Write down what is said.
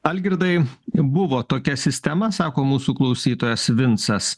algirdai buvo tokia sistema sako mūsų klausytojas vincas